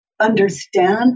understand